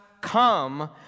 come